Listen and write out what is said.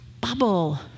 bubble